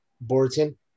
Borton